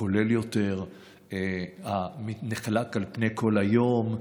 הכולל יותר, הנחלק על פני כל היום.